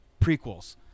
prequels